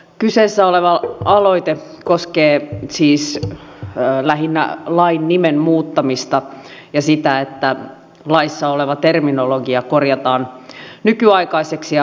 kyseessä oleva aloite koskee siis lähinnä lain nimen muuttamista ja sitä että laissa oleva terminologia korjataan nykyaikaiseksi ja oikeakieliseksi